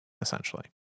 essentially